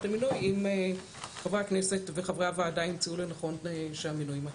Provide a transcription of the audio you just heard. המינוי אם חברי הכנסת וחברי הוועדה ימצאו לנכון שהמינוי מתאים.